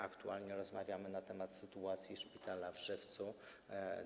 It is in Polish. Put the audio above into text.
Aktualnie rozmawiamy na temat sytuacji szpitala w Żywcu.